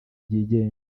byigenga